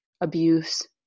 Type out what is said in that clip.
abuse